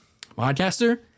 podcaster